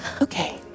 Okay